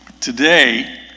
Today